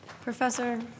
Professor